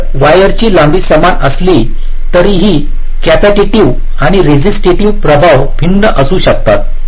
तरवायर ची लांबी समान असली तरीही कॅपेसिटिव्ह आणि रेसिस्टिव्ह प्रभाव भिन्न असू शकतात